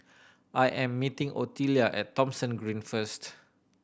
I am meeting Ottilia at Thomson Green first